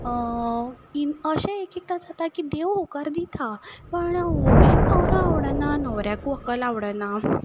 अशें एकएकदां जाता की देव होकार दिता पूण व्हंकलेक न्हंवरो आवडना न्हंवऱ्याकूय व्हंकल आवडना